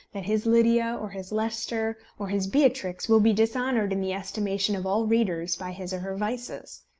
that his lydia, or his leicester, or his beatrix, will be dishonoured in the estimation of all readers by his or her vices.